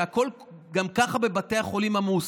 כשהכול גם כך בבתי חולים עמוס,